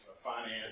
Finance